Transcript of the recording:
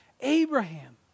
Abraham